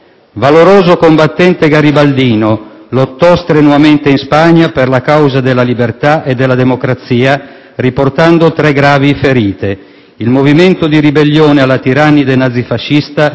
«Valoroso combattente garibaldino, lottò strenuamente in Spagna per la causa della libertà e della democrazia riportando tre gravi ferite. Il movimento di ribellione alla tirannide nazifascista